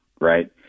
right